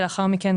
ולאחר מכן,